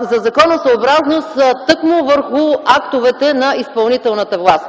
за законосъобразност тъкмо върху актовете на изпълнителната власт.